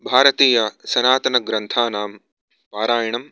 भारतीयसनातनग्रन्थानां पारायणम्